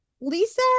Lisa